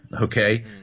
okay